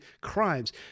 crimes